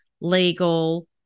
legal